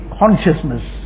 consciousness